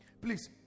please